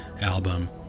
album